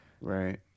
Right